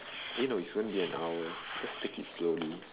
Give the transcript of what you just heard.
eh no it's gonna be an hour just take it slowly